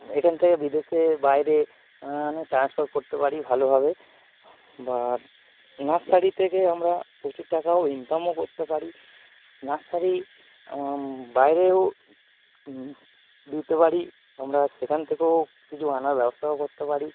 এখান থেকে বিদেশে বাইরে মানে ট্রান্সফার করতে পারি ভালোভাবে বা নার্সারি থেকে আমরা প্রচুর টাকাও ইনকামও করতে পারি নার্সারি বাইরেও দিতে পারি আমরা সেখান থেকেও কিছু আনার ব্যবস্থাও করতে পারি